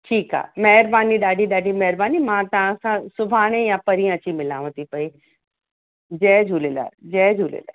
ठीकु आहे महिरबानी ॾाढी ॾाढी महिरबानी मां तव्हांसां सुभाणे यां परीहं अची मिलांव थी पई जय झूलेलाल जय झूलेलाल